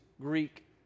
Greek